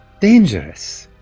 dangerous